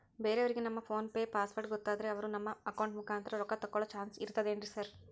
ಬೇರೆಯವರಿಗೆ ನಮ್ಮ PhonePe password ಗೊತ್ತಾದ್ರೆ ಅವರು ನಮ್ಮ ಅಕೌಂಟ್ ಮುಖಾಂತರ ರೊಕ್ಕ ತಕ್ಕೊಳ್ಳೋ ಚಾನ್ಸ್ ಇರ್ತದೆನ್ರಿ ಸರ್?